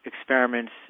experiments